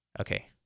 Okay